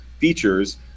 features